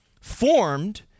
formed